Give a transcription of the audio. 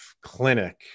clinic